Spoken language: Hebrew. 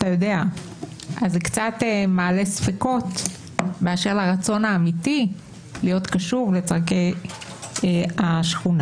זה קצת מעלה ספקות באשר לרצון האמיתי להיות קשוב לצורכי השכונה.